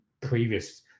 previous